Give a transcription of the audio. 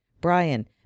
Brian